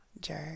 jerk